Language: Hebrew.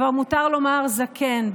כבר מותר לומר זקן,